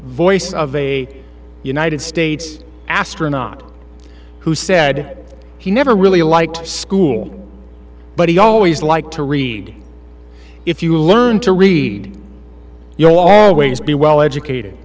voice of a united states astronaut who said he never really liked school but he always liked to read if you learn to read you always be well educated